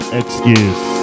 excuse